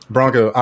Bronco